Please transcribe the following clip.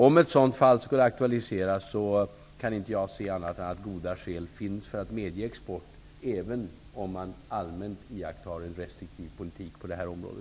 Om ett sådant fall skulle aktualiseras kan jag inte se annat än att det finns goda skäl för att medge export, även om man allmänt iakttar en restriktiv politik på detta område.